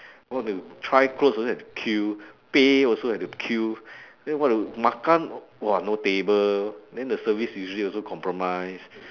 want to try clothes also have to queue pay also have to queue then want to makan !wah! no table then the service usually also compromised